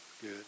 good